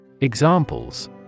Examples